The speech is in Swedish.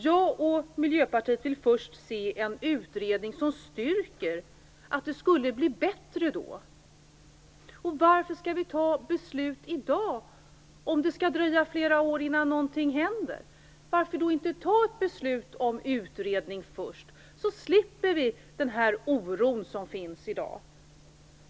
Jag och Miljöpartiet vill först se en utredning som styrker att det skulle bli bättre då. Och varför skall vi ta beslut i dag, om det skall dröja flera år innan någonting händer? Varför då inte ta ett beslut om utredning först? Då slipper vi den oro som finns i dag.